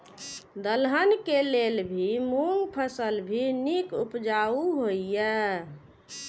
दलहन के लेल भी मूँग फसल भी नीक उपजाऊ होय ईय?